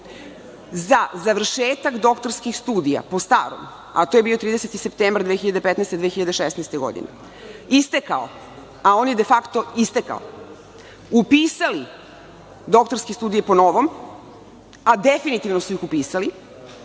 za završetak doktorskih studija po starom, a to je bio 30. septembar 2015, 2016. godine, istekao, a on je de fakto istekao, upisali doktorske studije po novom, a definitivno su ih upisali,